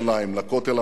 לכותל המערבי,